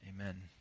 amen